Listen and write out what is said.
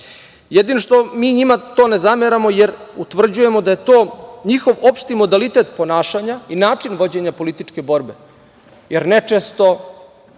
što mi njima to ne zameramo, jer utvrđujemo da je to njihov opšti modalitet ponašanja i način vođenja političke borbe. Jer, često